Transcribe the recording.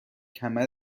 کمر